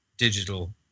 digital